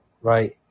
right